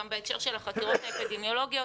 גם בהקשר של החקירות בהקשר של החקירות האפידמיולוגיות,